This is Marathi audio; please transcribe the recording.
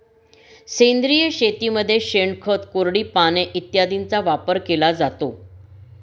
सेंद्रिय शेतीमध्ये शेणखत, कोरडी पाने इत्यादींचा वापर केला जातो